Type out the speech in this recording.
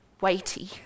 weighty